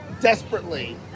desperately